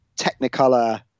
Technicolor